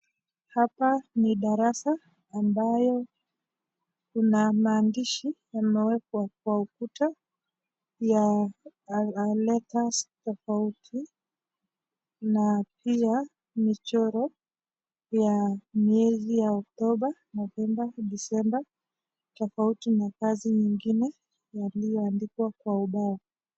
Hapa ni darasa ambayo kuna maandishi yameewekwa kwa ukuta ya [letters] tofauti. Na pia michoro ya miezi ya oktoba, novemba, disemba, tofauti na kazi nyingine yaliyo andikwa kwa ubao.